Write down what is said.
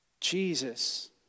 Jesus